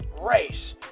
race